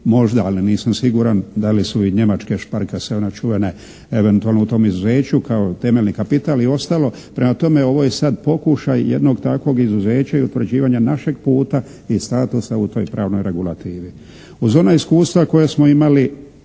možda, ali nisam siguran da li su i njemačke Sparkasse ona čuvene eventualno u tom izuzeću kao temeljni kapital i ostalo. Prema tome ovo je sad pokušaj jednog takvog izuzeća i utvrđivanja našeg puta i statusa u toj pravnoj regulativi. Uz ona iskustva koja smo imali,